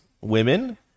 women